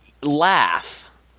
laugh